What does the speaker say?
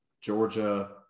Georgia